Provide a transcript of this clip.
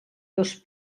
dos